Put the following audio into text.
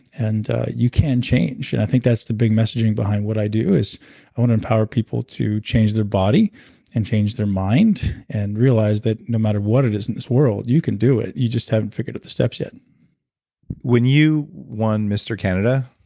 and you can change. and i think that's the big messaging behind what i do is i want to empower people to change their body and change their mind, and realize that no matter what it is in this world, you can do it. you just haven't figured out the steps yet when you won mr. canada,